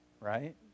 right